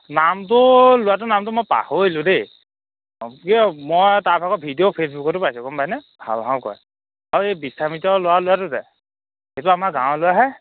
নামটো ল'ৰটোৰ নামটো মই পাহৰিলোঁ দেই অঁ কিয় মই তাৰভাগৰ ভিডিঅ' ফেচবুকতো পাইছোঁ গম পাইনে ভাল ভাও কৰে আৰু এই বিশ্বামিত্ৰ লোৱা ল'ৰাটো যে সেইটো আমাৰ গাঁৱৰ ল'ৰাহে